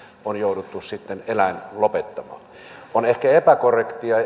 on jouduttu sitten eläin lopettamaan on ehkä epäkorrektia